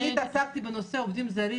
במיוחד בנושא של עובדים זרים